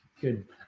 good